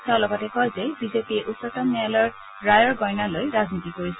তেওঁ লগতে কয় যে বিজেপিয়ে উচ্চতম ন্যায়ালয়ৰ ৰায়ৰ গইনা লৈ ৰাজনীতি কৰিছে